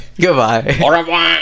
Goodbye